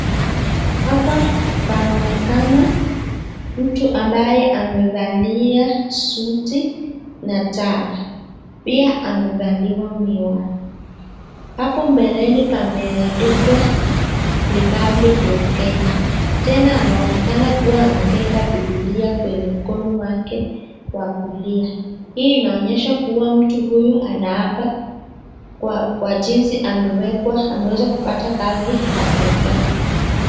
Hapa panaonekana mtu ambaye amevalia suti na tai. Pia amevaliwa miwani. Hapo mbeleni pameandikwa [republic of Kenya]. Tena anaonekana kuwa amebeba bibilia kwenye mkono wake wa kulia. Hii inaonyesha kuwa mtu huyu anaapa kwa jinsi ameweza kupata kazi kwa serikali.